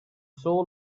soul